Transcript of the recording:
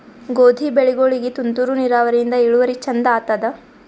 ಗೋಧಿ ಬೆಳಿಗೋಳಿಗಿ ತುಂತೂರು ನಿರಾವರಿಯಿಂದ ಇಳುವರಿ ಚಂದ ಆತ್ತಾದ?